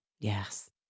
Yes